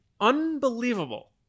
Unbelievable